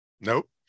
Nope